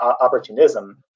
opportunism